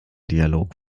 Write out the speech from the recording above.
dialog